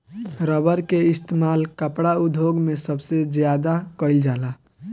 rubber के इस्तेमाल कपड़ा उद्योग मे सबसे ज्यादा कइल जाला